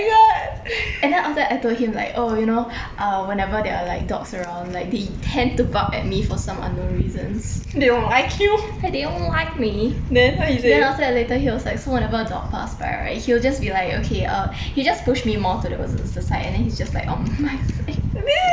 and then after I told him like oh you know uh whenever there are like dogs around like they tend to bark at me for some unknown reasons yeah they don't like me then after that later he was like so whenever a dog pass by right he'll just be like okay err he just push me more towards the side and then he's just like that um